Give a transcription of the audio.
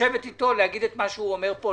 לשבת איתו, לומר את מה שהוא אומר פה.